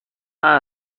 اون